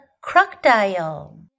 crocodile